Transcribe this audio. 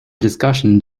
discussion